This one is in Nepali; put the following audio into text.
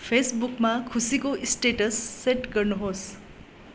फेसबुकमा खुसीको स्टाट्स सेट गर्नुहोस्